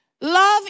love